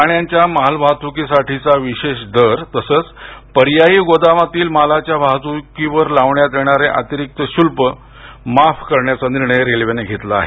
प्राण्यांच्या वाहतुकीसाठीचा विशेष दर तसंच पर्यायी गोदामातील मालाच्या वाहतुकीवर लावण्यात येणार अतिरिक्त शुल्क माफ करण्याचा निर्णय रेल्वेनं घेतला आहे